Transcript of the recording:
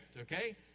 Okay